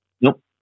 Nope